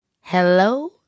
hello